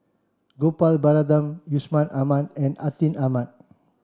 Gopal Baratham Yusman Aman and Atin Amat